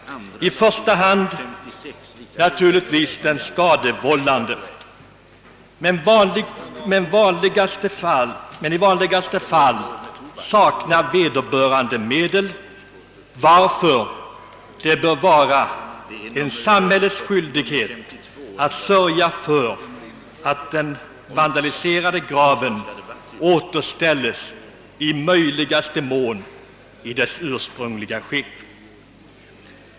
I första hand skall naturligtvis den skadevållande göra det, men vanligen saknar vederbörande medel, varför det bör vara en samhällets skyldighet att sörja för att den vandaliserade graven i möjligaste mån återställs i sitt ursprungliga skick.